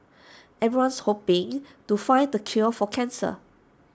everyone's hoping to find the cure for cancer